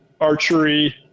archery